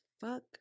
fuck